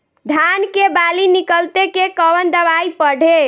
धान के बाली निकलते के कवन दवाई पढ़े?